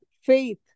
faith